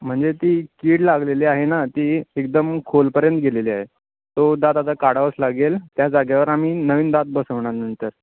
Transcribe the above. म्हणजे ती कीड लागलेली आहे ना ती एकदम खोलपर्यंत गेलेली आहे तो दात आता काढावाच लागेल त्या जागेवर आम्ही नवीन दात बसवणार नंतर